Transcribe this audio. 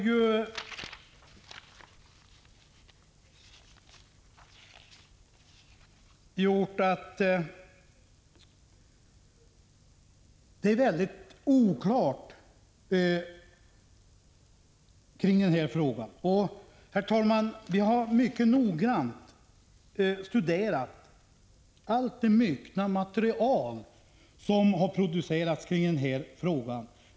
Det är mycket som är oklart kring den här frågan. Vi har mycket noggrant studerat allt det myckna material som har producerats kring denna fråga.